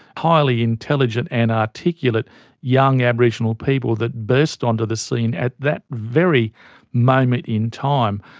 highly intelligent and articulate young aboriginal people that burst onto the scene at that very moment in time,